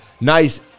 nice